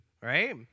right